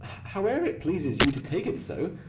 howe'er it pleases you to take it so,